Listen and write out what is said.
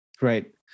Right